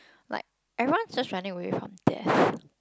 like everyone's just running away from death